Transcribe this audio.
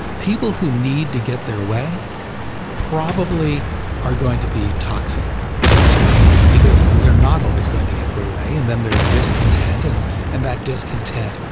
people who need to get their way probably are going to be toxic to a team, because they're not always going to get their way and they're discontent, and and that discontent,